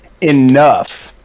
enough